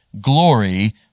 glory